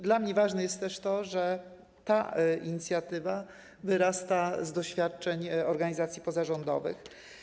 Dla mnie ważne jest też to, że ta inicjatywa wyrasta z doświadczeń organizacji pozarządowych.